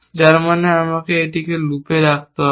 যার মানে আমাকে এটিকে লুপে রাখতে হবে